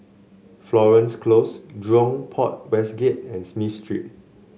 Florence Close Jurong Port West Gate and Smith Street